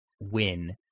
win